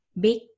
big